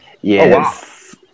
Yes